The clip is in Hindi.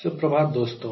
सुप्रभात दोस्तों